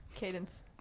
cadence